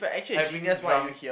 having drunk